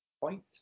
point